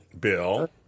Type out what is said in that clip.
Bill